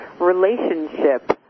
relationship